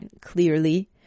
clearly